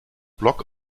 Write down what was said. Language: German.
block